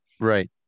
Right